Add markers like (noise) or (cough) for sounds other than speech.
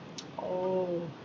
(noise) orh